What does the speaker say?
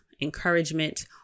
encouragement